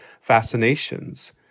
fascinations